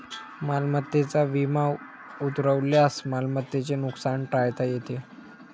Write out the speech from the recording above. मालमत्तेचा विमा उतरवल्यास मालमत्तेचे नुकसान टाळता येते